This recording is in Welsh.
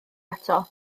ato